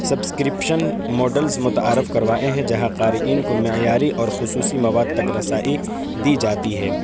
subscription models متعارف کروائے ہیں جہاں قارئین کو معیاری اور خصوصی مواد تک رسائی دی جاتی ہے